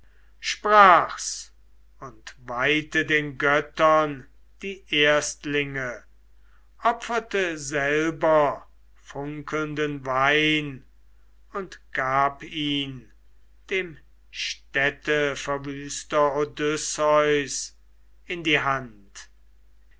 sprach's und weihte den göttern die erstlinge opferte selber funkelnden wein und gab ihn dem städteverwüster odysseus in die hand